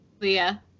Leah